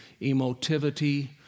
emotivity